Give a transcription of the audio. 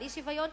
על אי-שוויון,